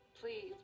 Please